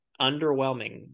underwhelming